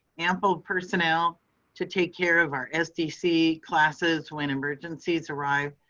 ample personnel to take care of our sdc classes when emergencies arrive.